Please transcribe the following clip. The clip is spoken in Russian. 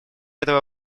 этого